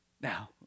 Now